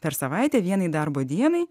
per savaitę vienai darbo dienai